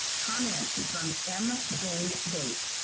comment from m. jane bates.